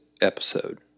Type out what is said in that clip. episode